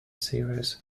series